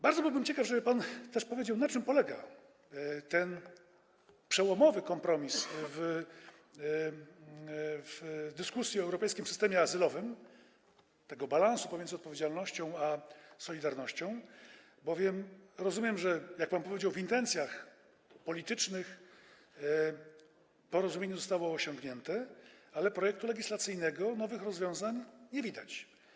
Bardzo bym był tego ciekaw, chciałbym, żeby pan też powiedział, na czym polega ten przełomowy kompromis w dyskusji o europejskim systemie azylowym, ten balans pomiędzy odpowiedzialnością a solidarnością, rozumiem bowiem, że, jak pan powiedział, w kwestii intencji politycznych porozumienie zostało osiągnięte, ale projektu legislacyjnego nowych rozwiązań nie widać.